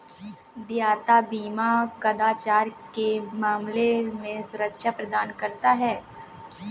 देयता बीमा कदाचार के मामले में सुरक्षा प्रदान करता है